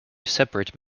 separate